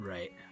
Right